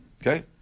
Okay